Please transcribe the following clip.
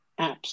apps